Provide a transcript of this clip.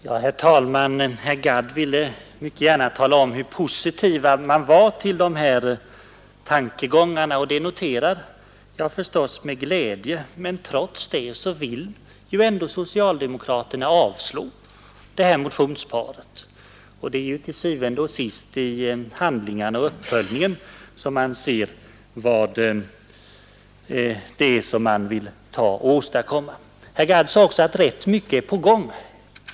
Herr talman! Herr Gadd ville mycket gärna tala om hur positiv man är till dessa tankegångar. Det noterar jag förstås med glädje. Men trots allt vill socialdemokraterna avstyrka detta motionspar. Det är til syvende og sidst i handlingarna och uppföljningen som vi ser bevisen på vad man vill åstadkomma. Herr Gadd sade också att rätt mycket är på gång.